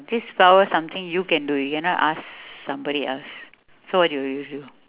this power something you can do you cannot ask somebody else so what will you do